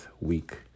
week